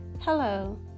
Hello